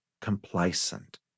complacent